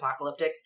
apocalyptics